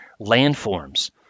landforms